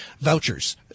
vouchers